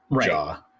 jaw